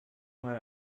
mal